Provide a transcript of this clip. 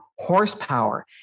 horsepower